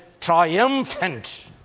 triumphant